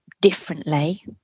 differently